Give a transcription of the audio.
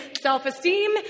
self-esteem